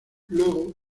luego